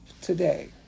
today